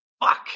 Fuck